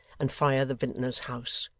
and fire the vintner's house.